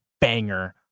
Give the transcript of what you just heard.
banger